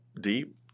deep